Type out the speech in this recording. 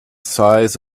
size